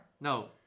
No